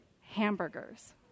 hamburgers